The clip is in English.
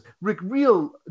real